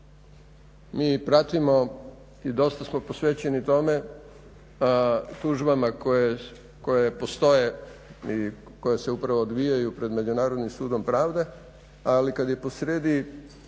Mi pratimo i dosta smo posvećeni tome tužbama koje postoje i koje se upravo odvijaju pred Međunarodnim sudom pravde, ali kada je posrijedi